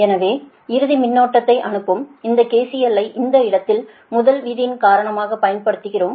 எனவே இறுதி மின்னோட்டத்தை அனுப்பும் இந்த KCL ஐ இந்த இடத்தில் முதல் விதியின் காரணமாக பயன்படுத்துகிறோம்